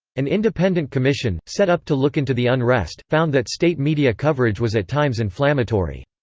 an independent commission, set up to look into the unrest, found that state media coverage was at times inflammatory.